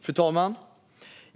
Fru talman!